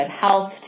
health